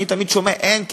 אני תמיד שומע: אין כסף.